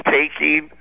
taking